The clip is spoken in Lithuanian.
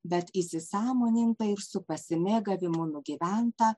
bet įsisąmoninta ir su pasimėgavimu nugyventa